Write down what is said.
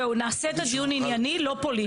זהו, נעשה את הדיון ענייני, לא פוליטי.